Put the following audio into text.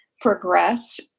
progressed